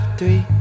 three